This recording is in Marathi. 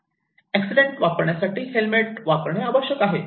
एक्सीडेंट टाळण्यासाठी हेल्मेट वापरणे आवश्यक आहे